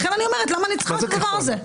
לכן אני אומרת למה אני צריכה לדבר הזה?